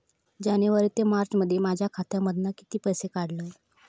जानेवारी ते मार्चमध्ये माझ्या खात्यामधना किती पैसे काढलय?